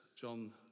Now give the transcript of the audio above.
John